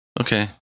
Okay